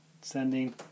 Sending